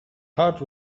heart